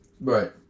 Right